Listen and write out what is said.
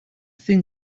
thin